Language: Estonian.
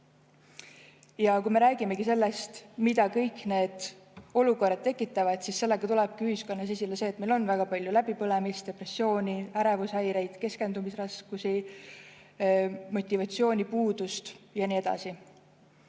Ja kui me räägime sellest, mida kõik need olukorrad tekitavad, siis sellega tulebki ühiskonnas esile, et meil on väga palju läbipõlemist, depressiooni, ärevushäireid, keskendumisraskusi, motivatsioonipuudust ja nii edasi.